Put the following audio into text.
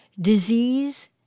Disease